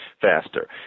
faster